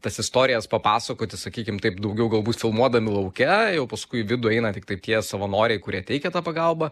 tas istorijas papasakoti sakykim taip daugiau galbūt filmuodami lauke jau paskui į vidų eina tiktai tie savanoriai kurie teikia tą pagalbą